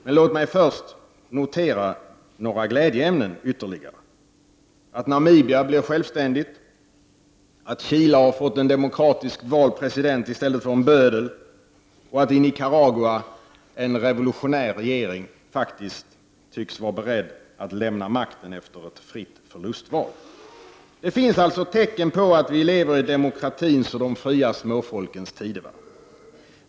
Men låt mig först notera några glädjeämnen — att Namibia blir självständigt, att Chile har fått en demokratiskt vald president i stället för en bödel, och att i Nicaragua en revolutionär regering faktiskt tycks vara beredd att lämna makten efter ett fritt förlustval. Man skulle kunna tro att vi lever i demokratins och de fria småfolkens tidevarv.